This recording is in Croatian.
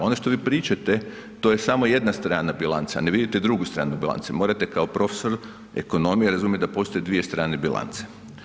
Ono što vi pričate to je samo jedna strana bilance, a ne vidite drugu stranu bilance, morate kao profesor ekonomije razumjet da postoje dvije strane bilance.